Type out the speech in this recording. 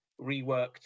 reworked